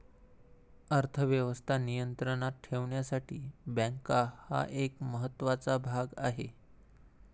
अर्थ व्यवस्था नियंत्रणात ठेवण्यासाठी बँका हा एक महत्त्वाचा भाग आहे